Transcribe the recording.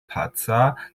paca